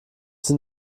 sind